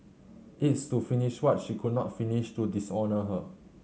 it's to finish what she could not finish to dishonour her